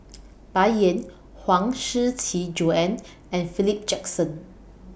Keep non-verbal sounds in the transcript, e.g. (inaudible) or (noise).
(noise) Bai Yan Huang Shiqi Joan and Philip Jackson